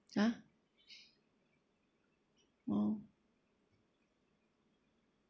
!huh! oh